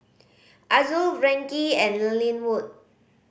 Azul Frankie and Lynwood